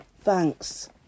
Thanks